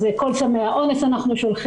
אז את כל סמי האונס אנחנו שולחים,